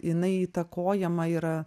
jinai įtakojama yra